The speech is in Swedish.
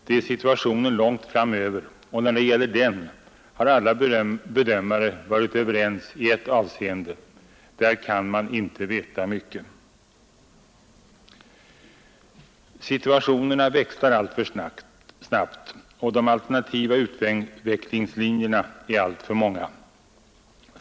Det är situationen långt framöver och när det gäller den har alla bedömare varit överens i ett avseende: man kan inte veta mycket om den. Situationerna växlar allför snabbt, och de alternativa utvecklingsmöjligheterna är alltför många.